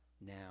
now